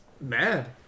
Mad